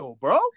bro